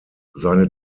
seine